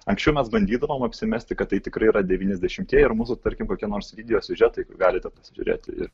anksčiau mes bandydavom apsimesti kad tai tikrai yra devyniasdešimtieji ir mūsų tarkim kokie nors video siužetai galite pasižiūrėti ir